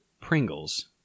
Pringles